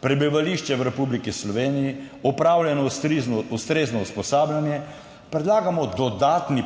prebivališče v Republiki Sloveniji, opravljeno ustrezno usposabljanje, predlagamo dodatni